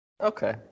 Okay